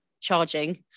charging